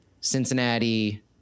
Cincinnati